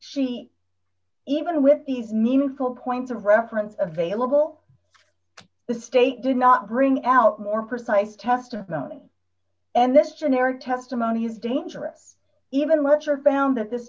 she even with these meaningful points of reference available the state did not bring out more precise testimony and this generic testimony is dangerous even much are found that this